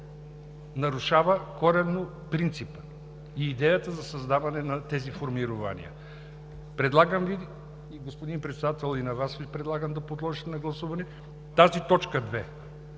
нарушава коренно принципа и идеята за създаване на тези формирования. Предлагам Ви, господин Председател, и на Вас Ви предлагам да подложите на гласуване тази т. 2,